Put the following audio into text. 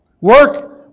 Work